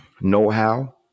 know-how